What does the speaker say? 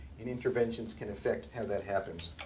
and interventions can affect how that happens.